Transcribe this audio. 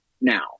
now